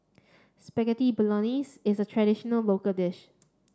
Spaghetti Bolognese is a traditional local dish